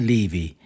Levy